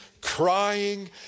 crying